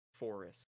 Forest